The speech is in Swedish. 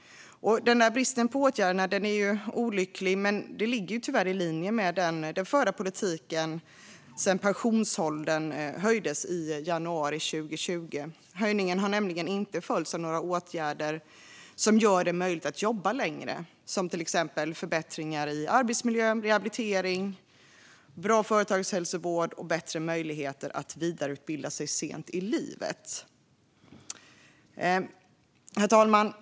Bristen på åtgärder är olycklig, men det ligger tyvärr i linje med den förda politiken sedan pensionsåldern höjdes i januari 2020. Höjningen har nämligen inte följts av några åtgärder som gör det möjligt att jobba längre, till exempel förbättringar i arbetsmiljö och rehabilitering, en bra företagshälsovård och bättre möjligheter att vidareutbilda sig sent i livet. Herr talman!